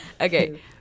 Okay